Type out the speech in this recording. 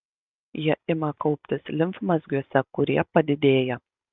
jie ima kauptis limfmazgiuose kurie padidėja